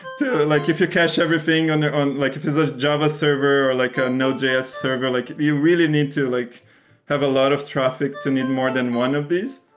like if you cash everything, and and like if it's a java server or like a nodejs server, like you really need to like have a lot of traffic to need more than one of these.